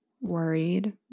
worried